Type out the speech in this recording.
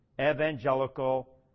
evangelical